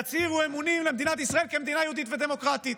יצהירו אמונים למדינת ישראל כמדינה יהודית ודמוקרטית,